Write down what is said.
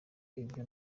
ibyo